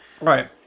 Right